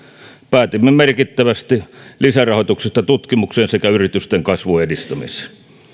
päätimme merkittävästä lisärahoituksesta tutkimukseen sekä yritysten kasvun edistämiseen